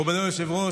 מכובדי היושב-ראש,